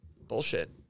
bullshit